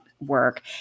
work